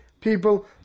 people